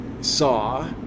saw